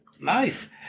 Nice